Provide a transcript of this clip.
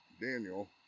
Daniel